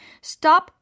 stop